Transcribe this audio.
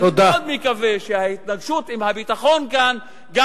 אני מאוד מקווה שההתנגשות עם הביטחון כאן גם